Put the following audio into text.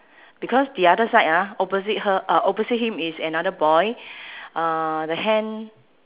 because the other side ah opposite her uh opposite him is another boy uh the hand